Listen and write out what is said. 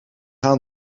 aan